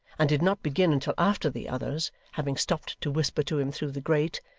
and did not begin until after the others, having stopped to whisper to him through the grate,